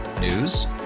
News